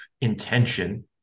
intention